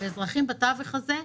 האזרחים בתווך הזה,